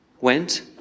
went